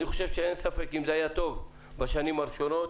אני חושב שאין ספק שאם זה היה טוב בשנים הראשונות,